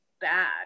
bad